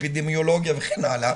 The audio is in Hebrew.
אפידמיולוגיה וכן הלאה,